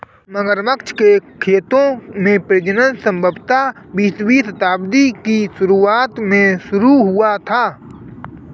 मगरमच्छ के खेतों में प्रजनन संभवतः बीसवीं शताब्दी की शुरुआत में शुरू हुआ था